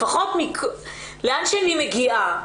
לפחות לאן שאני מגיעה.